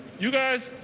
you guys,